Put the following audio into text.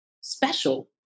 special